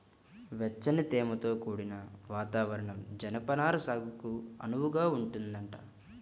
వెచ్చని, తేమతో కూడిన వాతావరణం జనపనార సాగుకు అనువుగా ఉంటదంట